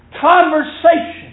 conversation